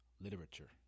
literature